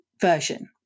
version